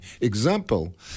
example